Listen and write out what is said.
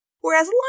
whereas